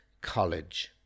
college